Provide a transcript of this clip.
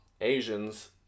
Asians